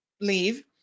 leave